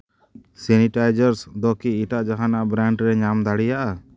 sanitizers ᱫᱚᱠᱤ ᱮᱴᱟᱜ ᱡᱟᱦᱟᱸ ᱵᱨᱮᱱᱰ ᱨᱮᱭᱟᱜ ᱧᱟᱢ ᱫᱟᱲᱮᱭᱟᱜᱼᱟ